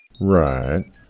Right